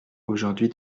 aujourd’hui